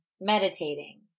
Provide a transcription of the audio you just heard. meditating